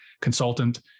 consultant